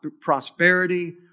prosperity